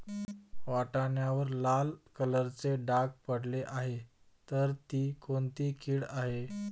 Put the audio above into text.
वाटाण्यावर लाल कलरचे डाग पडले आहे तर ती कोणती कीड आहे?